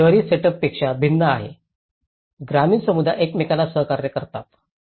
हे शहरी सेटअपपेक्षा भिन्न आहे ग्रामीण समुदाय एकमेकांना सहकार्य करतात